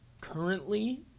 currently